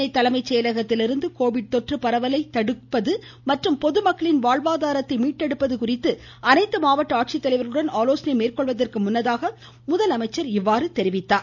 சென்னை தலைமை செயலகத்திலிருந்து கோவிட் தொற்று பரவலை தடுப்பு மற்றும் பொதுமக்களின் வாழ்வாதாரத்தை மீட்டெடுப்பது குறித்து அனைத்து மாவட்ட ஆட்சித்தலைவர்களுடன் ஆலோசனை மேற்கொள்வதற்கு முன்னதாக அவர் இவ்வாறு கூறியுள்ளார்